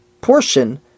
portion